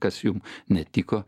kas jum netiko